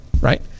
right